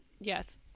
Yes